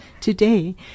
today